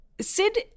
Sid